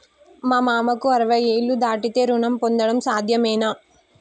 మా మామకు అరవై ఏళ్లు దాటితే రుణం పొందడం సాధ్యమేనా?